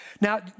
Now